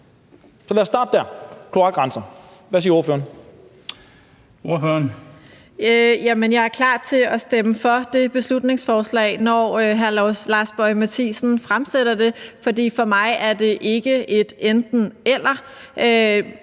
17:59 Samira Nawa (RV): Jeg er klar til at stemme for det beslutningsforslag, når hr. Lars Boje Mathiesen fremsætter det, for for mig er det ikke et enten-eller.